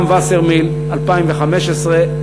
גם "וסרמיל" 2015,